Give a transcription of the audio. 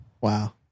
Wow